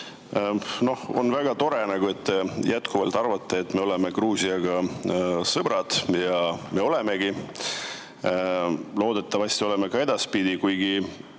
On väga tore, et te jätkuvalt arvate, et me oleme Gruusiaga sõbrad, ja me olemegi. Loodetavasti oleme ka edaspidi, kuigi